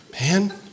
man